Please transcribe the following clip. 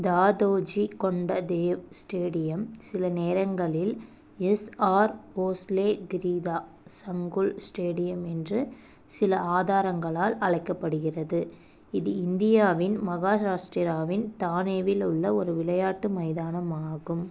Dadoji Konddev stadium சில நேரங்களில் S R Bhosale Krida Sankul stadium என்று சில ஆதாரங்களால் அழைக்கப்படுகிறது இது இந்தியாவின் மகாராஷ்டிராவின் தானேவில் உள்ள ஒரு விளையாட்டு மைதானமாகும்